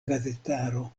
gazetaro